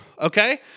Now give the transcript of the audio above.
okay